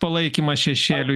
palaikymas šešėliui